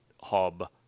hub